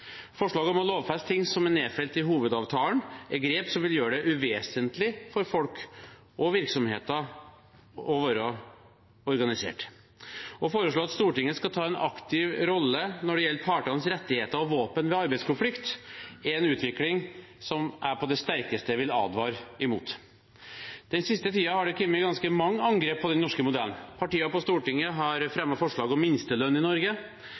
Forslaget om å lovfeste ting som er nedfelt i hovedavtalen, er grep som vil gjøre det uvesentlig for folk og virksomheter å være organisert. Å foreslå at Stortinget skal ta en aktiv rolle når det gjelder partenes rettigheter og våpen ved arbeidskonflikt, er en utvikling som jeg på det sterkeste vil advare imot. Den siste tiden har det kommet ganske mange angrep på den norske modellen. Partier på Stortinget har fremmet forslag om minstelønn i Norge,